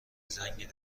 زنگ